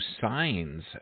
signs